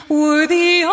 worthy